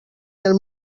del